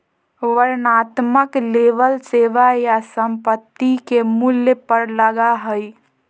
वर्णनात्मक लेबल सेवा या संपत्ति के मूल्य पर लगा हइ